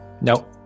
Nope